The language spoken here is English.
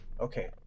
Okay